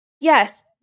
yes